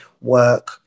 work